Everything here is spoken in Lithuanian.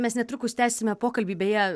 mes netrukus tęsime pokalbį beje